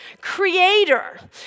creator